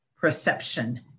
perception